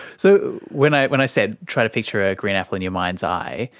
so when i when i said try to picture a green apple in your mind's eye,